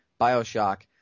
Bioshock